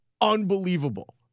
unbelievable